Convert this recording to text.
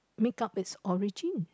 make up it's origin